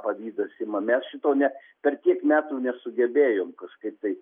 pavydas ima mes šito ne per tiek metų nesugebėjom kažkaip tai